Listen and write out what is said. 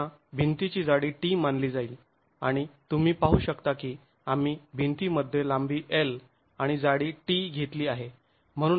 पुन्हा भिंतीची जाडी t मानली जाईल आणि तुम्ही पाहू शकता की आम्ही भिंतीमध्ये लांबी L आणि जाडी t घेतली आहे